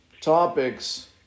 topics